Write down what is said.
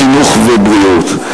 חינוך ובריאות.